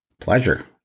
Pleasure